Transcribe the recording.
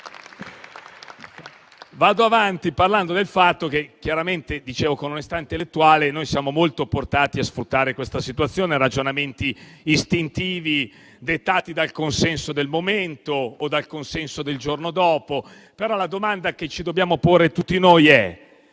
Vado avanti parlando del fatto - come dicevo - che con onestà intellettuale noi siamo molto portati a sfruttare questa situazione; si fanno ragionamenti istintivi dettati dal consenso del momento o dal consenso del giorno dopo. Ma la domanda che ci dobbiamo porre tutti noi è